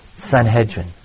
Sanhedrin